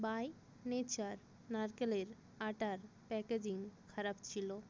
by nature নারকেলের আটার packaging খারাপ ছিল